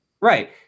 right